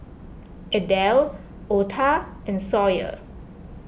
Adel Ota and Sawyer